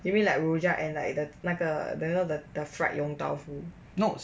you mean like rojak and like the 那个 you know the fried yong tau foo